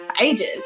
ages